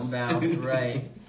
Right